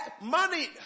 money